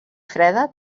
freda